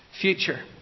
Future